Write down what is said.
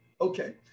okay